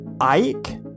Ike